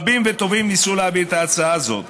רבים וטובים כבר ניסו להעביר את ההצעה הזאת: